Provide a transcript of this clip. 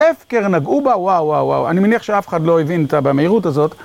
איפה קרן הגאובה? וואו וואו וואו, אני מניח שאף אחד לא הבין את זה במהירות הזאת.